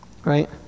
Right